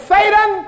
Satan